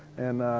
and,